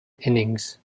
innings